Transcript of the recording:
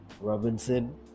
robinson